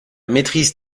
maîtrise